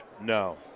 No